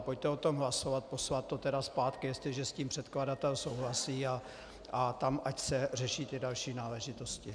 Pojďme o tom hlasovat, poslat to tedy zpátky, jestliže s tím předkladatel souhlasí, a tam ať se řeší ty další náležitosti.